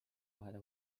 vahele